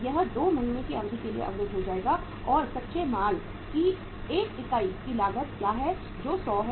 यह 2 महीने की अवधि के लिए अवरुद्ध हो जाएगा और कच्चे माल की 1 इकाई की लागत क्या है जो 100 है